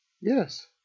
Yes